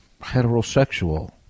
heterosexual